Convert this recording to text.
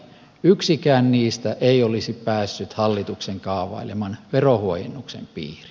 yksikään niistä ei olisi päässyt hallituksen kaavaileman verohuojennuksen piiriin